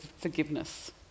forgiveness